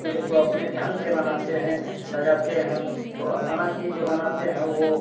फिर उसको अपने ढ़ंग से बनाते हैं सजाते हैं तो अपना चीज जो बनाते हैं वो